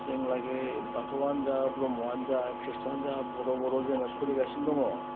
जों लागै बाथौआनो जा ब्रह्मआनो जा ख्रिस्टानआनो जा बर'आ बर' जोंना सोलिगासिनो दङ